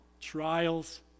Trials